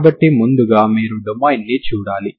కాబట్టి ముందుగా మీరు డొమైన్ను చూడాలి